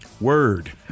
Word